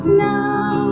now